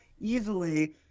easily